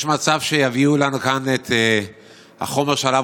יש מצב שיביאו לנו לכאן את החומר שעליו